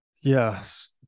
Yes